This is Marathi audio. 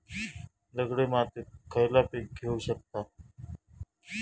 दगडी मातीत खयला पीक घेव शकताव?